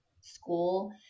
school